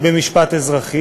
במשפט אזרחי.